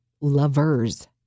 lovers